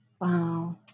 Wow